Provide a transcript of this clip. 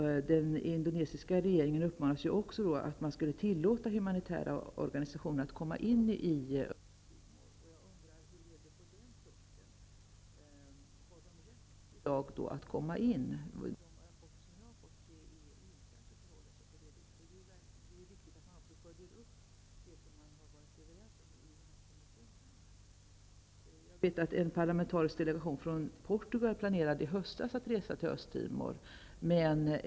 Den indonesiska regeringen uppmanas också att tillåta humanitära organisationer komma in i Östtimor. Jag tycker att det är väldigt viktigt att följa upp den här uppmaningen. Har Indonesien följt FN beslutet? Jag vet att en parlamentarisk delegation från Portugal i höstas planerade att resa till Östtimor.